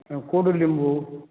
कोडू लिंबू